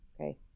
Okay